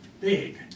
big